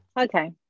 Okay